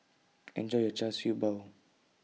Enjoy your Char Siew Bao